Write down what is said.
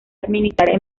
administrar